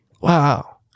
wow